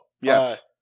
Yes